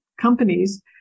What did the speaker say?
companies